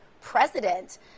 president